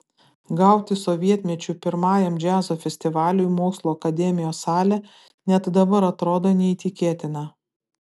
gauti sovietmečiu pirmajam džiazo festivaliui mokslų akademijos salę net dabar atrodo neįtikėtina